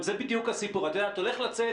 זה דורש הסבר שהוא לא יכול להיות,